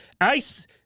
ICE